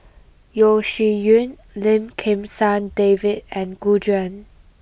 Yeo Shih Yun Lim Kim San David and Gu Juan